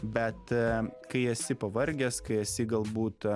bet kai esi pavargęs kai esi galbūt